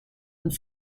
and